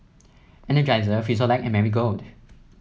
Energizer Frisolac and Marigold